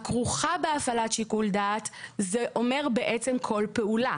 כרוכה בהפעלת שיקול דעת - זה אומר בעצם כל פעולה.